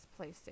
playstation